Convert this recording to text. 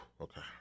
Okay